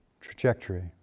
trajectory